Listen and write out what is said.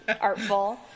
artful